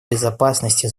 безопасности